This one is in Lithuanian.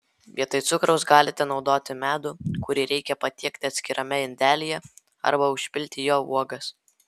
vietoj cukraus galite naudoti medų kurį reikia patiekti atskirame indelyje arba užpilti juo uogas